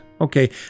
Okay